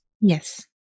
Yes